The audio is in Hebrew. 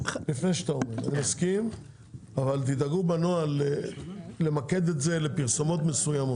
אבל תדאגו בנוהל למקד את זה לפרסומות מסוימות.